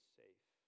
safe